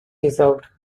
deserved